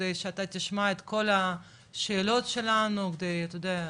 כדי שאתה תשמע את כל השאלות שלנו ואתה יודע,